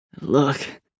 Look